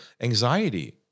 anxiety